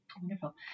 Wonderful